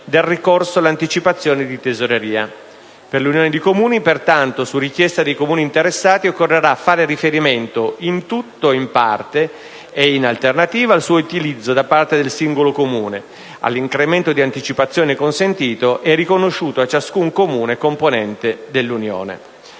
del ricorso all'anticipazione di tesoreria. Per le unioni di Comuni pertanto, su richiesta dei Comuni interessati, occorrerà fare riferimento, in tutto o in parte e in alternativa al suo utilizzo da parte del singolo Comune, all'incremento di anticipazione consentito e riconosciuto a ciascun Comune componente dell'unione.